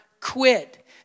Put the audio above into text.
quit